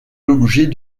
l’objet